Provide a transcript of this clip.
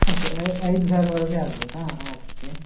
okay ಐದು ಸಾವಿರ ಒಳಗೆ ಆಗ್ಬೋದಾ ಓಕೆ